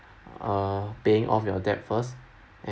uh paying off your debt first